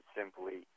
simply